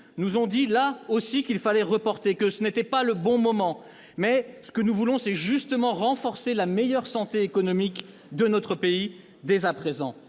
fiscalité du patrimoine, affirmant que ce n'était pas le bon moment. Mais ce que nous voulons, c'est justement renforcer la meilleure santé économique de notre pays dès à présent.